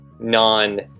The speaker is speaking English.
non